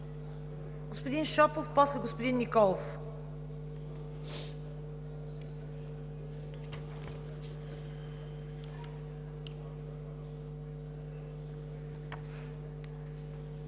Господин Шопов, после господин Николов.